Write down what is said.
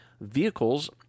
vehicles